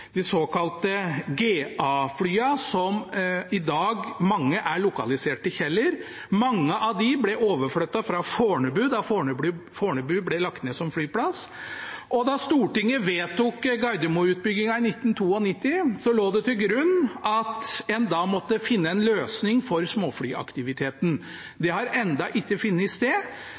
de såkalte GA-flyene, som i dag er lokalisert til Kjeller, ble overflyttet fra Fornebu da Fornebu ble lagt ned som flyplass. Da Stortinget vedtok Gardermo-utbyggingen i 1992, lå det til grunn at en måtte finne en løsning for småflyaktiviteten. Det har ennå ikke funnet sted.